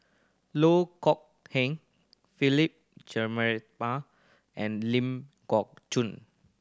Loh Kok Heng Philip Jeyaretnam and Ling Geok Choon